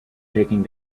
taking